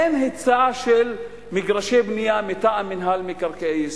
אין היצע של מגרשי בנייה מטעם מינהל מקרקעי ישראל,